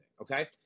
okay